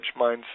mindset